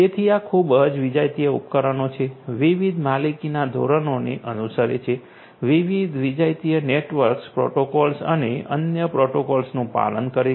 તેથી આ ખૂબ જ વિજાતીય ઉપકરણો છે વિવિધ માલિકીના ધોરણોને અનુસરે છે વિવિધ વિજાતીય નેટવર્ક પ્રોટોકોલ્સ અને અન્ય પ્રોટોકોલનું પાલન કરે છે